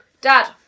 Dad